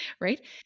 Right